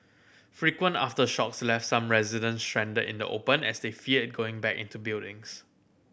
frequent aftershocks left some resident stranded in the open as they feared going back into buildings